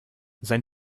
sein